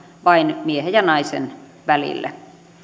vain miehen ja naisen välille